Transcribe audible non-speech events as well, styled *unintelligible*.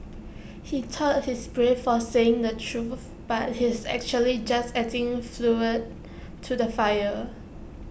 he thought he's brave for saying the truth but he's actually just adding *unintelligible* to the fire